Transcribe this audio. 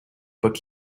book